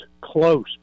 close